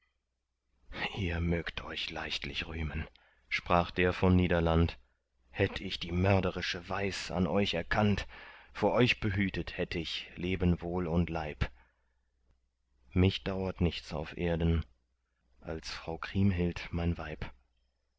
ihr mögt euch leichtlich rühmen sprach der von niederland hätt ich die mörderische weis an euch erkannt vor euch behütet hätt ich leben wohl und leib mich dauert nichts auf erden als frau kriemhild mein weib